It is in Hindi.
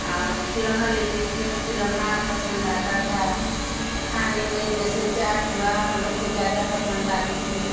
और खिलौना लेते थे खिलौना पसंद आता था खाने में जैसे चाट हुआ हम लोग को ज़्यादा पसंद आती थी